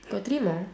got three more